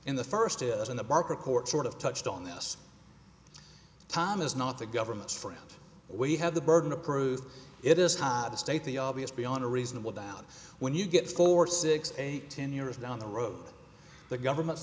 in the first is in the barker court sort of touched on this tom is not the government's friend we have the burden of proof it is not the state the obvious beyond a reasonable doubt when you get four six eight ten years down the road the government's